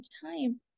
time